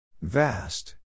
Vast